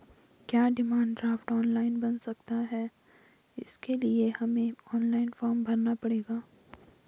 क्या demand draft online बन सकता है इसके लिए हमें ऑनलाइन फॉर्म भरना पड़ेगा?